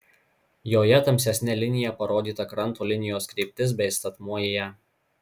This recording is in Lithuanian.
joje tamsesne linija parodyta kranto linijos kryptis bei statmuo į ją